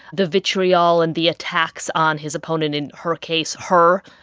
the vitriol and the attacks on his opponent in her case, her,